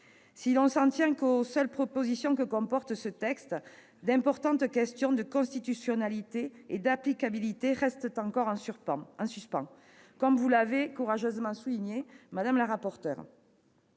Si l'on s'en tient aux seules dispositions que comporte ce texte, d'importantes questions de constitutionnalité et d'applicabilité restent encore en suspens, comme vous l'avez courageusement souligné, madame la rapporteure.